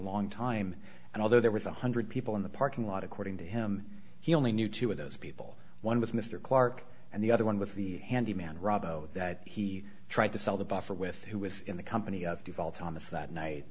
long time and although there was one hundred people in the parking lot according to him he only knew two of those people one was mr clark and the other one was the handyman robbo that he tried to sell the buffer with who was in the company